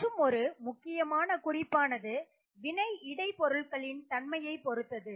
மற்றுமொரு முக்கியமான குறிப்பானது வினை இடை பொருள்களின் தன்மையைப் பொருத்தது